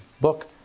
book